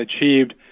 achieved